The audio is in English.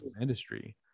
industry